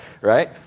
right